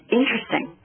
interesting